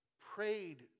Prayed